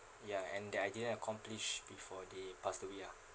ya and that I didn't accomplish before they passed away ah